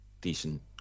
decent